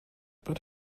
but